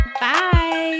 Bye